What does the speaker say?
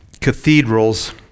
cathedrals